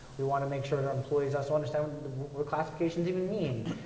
we wanna make sure that our employees also understand what classifications even mean.